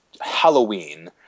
Halloween